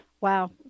Wow